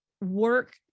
work